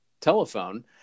telephone